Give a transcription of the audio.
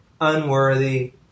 Unworthy